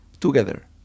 together